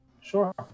Sure